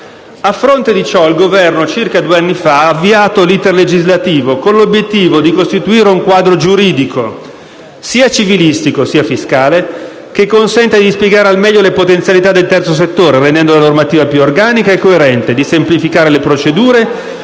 A fronte di ciò, il Governo circa due anni fa ha avviato l'*iter* legislativo con l'obiettivo di costituire un quadro giuridico sia civilistico sia fiscale che consenta di dispiegare al meglio le potenzialità del terzo settore rendendo la normativa più organica e coerente, di semplificare le procedure, di rendere